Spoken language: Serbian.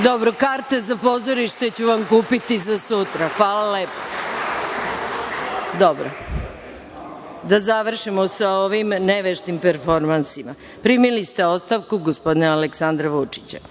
karte za pozorište ću vam kupiti za sutra. Hvala lepo. Da završimo sa ovim neveštim performansima. Primili ste ostavku gospodina Aleksandra Vučića. Prema